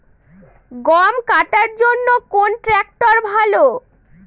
গম কাটার জন্যে কোন ট্র্যাক্টর ভালো?